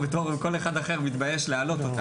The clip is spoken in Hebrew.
או בתור כל אחד אחר הייתי מתבייש להעלות.